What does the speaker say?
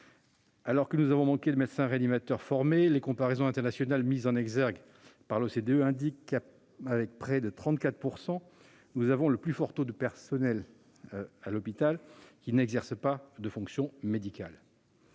Alors que nous avons manqué de médecins réanimateurs formés, les comparaisons internationales mises en exergue par l'OCDE indiquent que nous avons le plus fort taux- 34 % -de personnels à l'hôpital n'exerçant pas de fonction médicale.